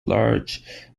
large